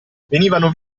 venivano